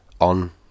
on